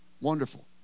Wonderful